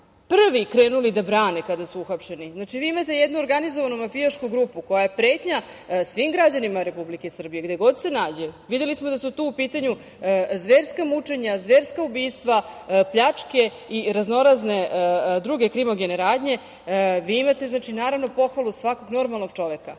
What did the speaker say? prvi krenuli da brane kada su uhapšeni, znači, vi imate jednu organizovanu mafijašku grupu koja je pretnja svim građanima Republike Srbije, gde god se nađe, videli smo da su tu u pitanju zverska mučenja, zverska ubistva, pljačke i raznorazne druge krimogene radnje, imate naravno pohvalu svakog normalnog čoveka.